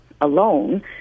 alone